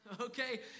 Okay